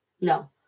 no